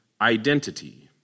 identity